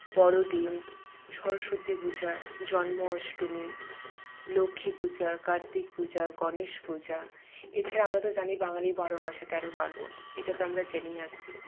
বড়দিন সরস্বতী পূজা জন্ম অষ্টমী লক্ষ্মী পূজা কার্তিক পূজা গণেশ পূজা এছাড়া আমরা তো জানি বাঙালির বারোমাসে তেরো পার্বন এটা তো আমরা জেনেই আসছি